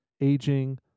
aging